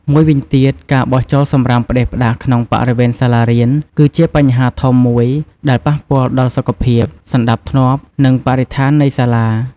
មួយវិញទៀតការបោះចោលសំរាមផ្តេសផ្តាសក្នុងបរិវេណសាលារៀន គឺជាបញ្ហាធំមួយដែលប៉ះពាល់ដល់សុខភាព សណ្តាប់ធ្នាប់ និងបរិស្ថាននៃសាលា។